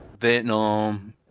Vietnam